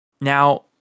Now